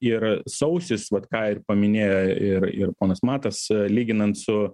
ir sausis vat ką ir paminėjo ir ir ponas matas lyginant su